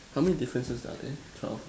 how many differences are there twelve